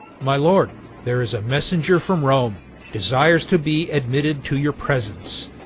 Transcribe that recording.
my lord, there is a messenger from rome desires to be admitted to your presence.